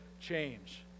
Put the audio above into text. change